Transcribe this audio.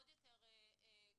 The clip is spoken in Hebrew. עוד יותר גרוע,